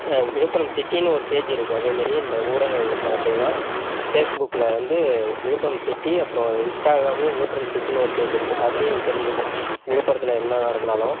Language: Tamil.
விழுப்புரம் சிட்டினு ஒரு பேஜ் இருக்குது அதேமாரி இந்த ஊடகங்களை பார்த்திங்கனா ஃபேஸ்புக்கில் வந்து விழுப்புரம் சிட்டி அப்புறோம் இன்ஸ்டாக்ராம்லியும் விழுப்புரம் சிட்டினு ஒரு பேஜ் இருக்குது அதுலையும் தெரிஞ்சுப்போம் விழுப்புரத்தில் என்ன நடந்தாலும்